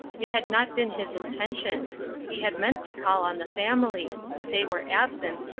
it had not been his intention he had meant to call on the family but they were absent,